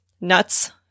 nuts